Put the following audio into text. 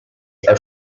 are